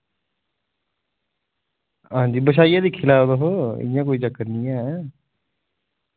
आं जी बिछाइयै दिक्खी लैओ तुस इंया कोई चक्कर निं ऐ